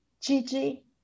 Gigi